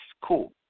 cool